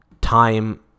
time